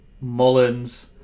Mullins